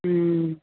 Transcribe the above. હમ